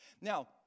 Now